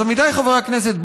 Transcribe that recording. אז עמיתיי חברי הכנסת,